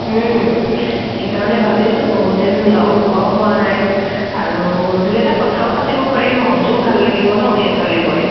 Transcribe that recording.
সেইকাৰণে ভাবিছোঁ বহুতদিন লগ পোৱাও হোৱা নাই আৰু দুই এটা কথাও পাতিব পাৰিম মনটোও ভাল লাগিব ন সেইফালে গৈ